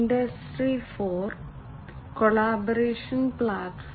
industry 4